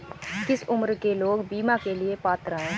किस उम्र के लोग बीमा के लिए पात्र हैं?